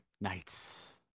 nights